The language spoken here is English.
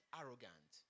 arrogant